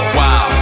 wow